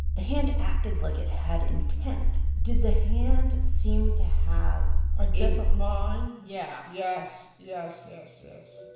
the hand acted like it had intent did the hand seem to have. a different mind? yeah yes, yes, yes, yes.